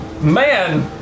man